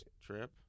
trip